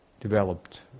developed